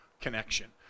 connection